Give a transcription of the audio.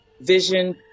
vision